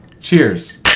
cheers